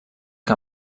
que